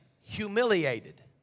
Humiliated